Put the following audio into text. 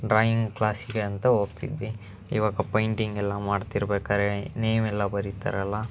drawing ಕ್ಲಾಸಿಗೆ ಅಂತ ಹೋಗ್ತಿದ್ವಿ ಇವಾಗ ಪೈಂಟಿಂಗ್ ಎಲ್ಲ ಮಾಡ್ತಿರ್ಬೇಕಾದ್ರೆ ನೇಮ್ ಎಲ್ಲ ಬರೀತಾರಲ್ಲ